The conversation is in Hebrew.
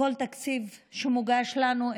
כל תקציב שמוגש לנו,